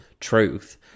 truth